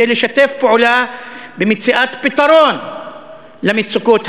לשתף פעולה במציאת פתרון למצוקות האלה.